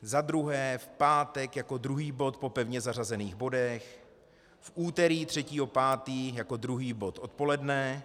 Za druhé v pátek jako druhý bod po pevně zařazených bodech, v úterý 3. 5. jako druhý bod odpoledne.